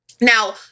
Now